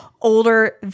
older